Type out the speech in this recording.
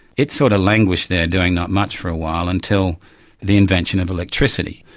it sort of languished there doing not much for a while, until the invention of electricity,